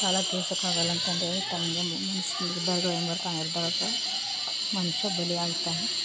ಸಾಲ ತೀರ್ಸೋಕ್ಕಾಗಲ್ಲ ಅಂತಂದೇಳಿ ತಮಗೆ ಮನುಷ್ಯ ಬಲಿಯಾಗುತ್ತಾನೆ